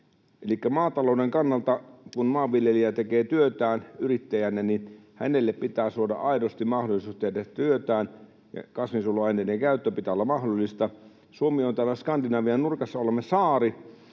maatalouden kannalta, kun maanviljelijä tekee työtään yrittäjänä, hänelle pitää suoda aidosti mahdollisuus tehdä työtään ja kasvinsuojeluaineiden käytön pitää olla mahdollista. Suomi on täällä Skandinavian nurkassa, olemme saari.